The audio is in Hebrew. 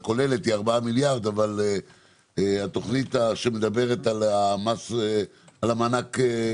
לתת עוד ועוד הטבות לאנשים כדי להגדיל את כוח הקנייה